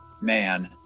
man